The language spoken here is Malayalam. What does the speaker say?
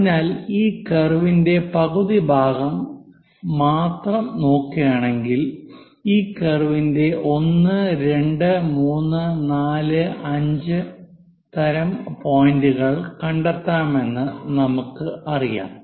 അതിനാൽ ഈ കർവിന്റെ പകുതി ഭാഗം മാത്രം നോക്കുകയാണെങ്കിൽ ഈ കർവിന്റെ 1 2 3 4 5 തരം പോയിന്റുകൾ കണ്ടെത്താമെന്ന് നമുക്കറിയാം